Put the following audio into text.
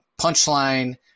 Punchline